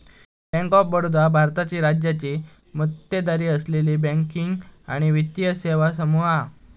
bank of Baroda भारताची राज्याची मक्तेदारी असलेली बँकिंग आणि वित्तीय सेवा समूह हा